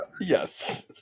Yes